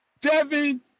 Devin